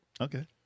Okay